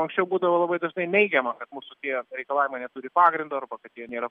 anksčiau būdavo labai dažnai neigiama kad mūsų tie reikalavimai neturi pagrindo arba kad jie nėra